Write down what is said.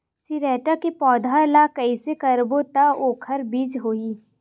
चिरैता के पौधा ल कइसे करबो त ओखर बीज होई?